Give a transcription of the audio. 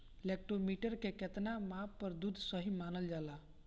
Lactometer के कितना माप पर दुध सही मानन जाला?